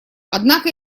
однако